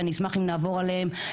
שאני אשמח אם נעבור עליהן.